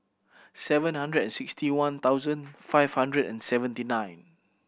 seven hundred and sixty one thousand five hundred and seventy nine